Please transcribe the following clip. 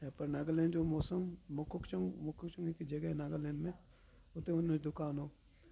ऐं पर नागालैण्ड जो मौसम मोकोकचुंग मोकोकचुंग हिकु जॻहि हुई नागालैण्ड में उते उन जो दुकानु हुओ